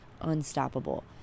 unstoppable